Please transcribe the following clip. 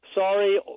Sorry